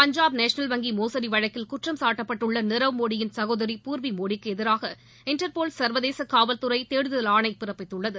Punjab national வங்கி மோசடி வழக்கில் குற்றம்சாட்டப்பட்டுள்ள நீரவ்மோடியின் சகோதரி பூர்வி மோடிக்கு எதிராக இன்டர்போல் சா்வதேச காவல்துறை தேடுதல் ஆணை பிறப்பித்துள்ளது